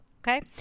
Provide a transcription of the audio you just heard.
Okay